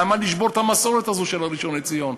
למה לשבור את המסורת הזו של הראשון לציון?